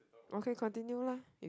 okay continue lah